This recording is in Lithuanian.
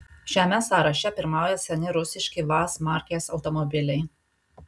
šiame sąraše pirmauja seni rusiški vaz markės automobiliai